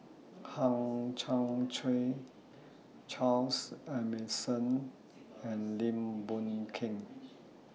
Hang Chang Chieh Charles Emmerson and Lim Boon Keng